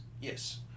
Yes